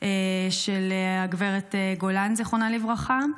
של הגב' גולן, זיכרונה לברכה.